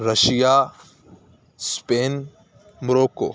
Russia Spain Morocco